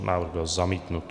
Návrh byl zamítnut.